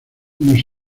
nos